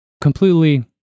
completely